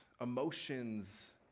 emotions